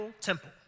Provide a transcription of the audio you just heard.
Temple